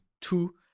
two